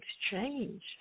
exchange